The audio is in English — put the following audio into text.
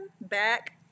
back